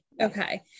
Okay